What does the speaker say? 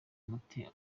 muti